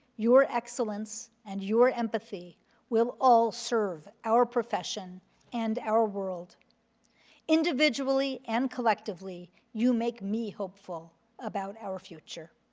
your excellence, and your empathy will all serve our profession and our world individually and collectively, you make me hopefully about our future.